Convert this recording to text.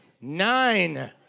nine